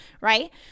right